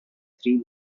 three